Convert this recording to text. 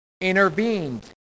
intervened